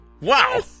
Wow